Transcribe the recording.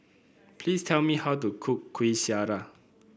please tell me how to cook Kuih Syara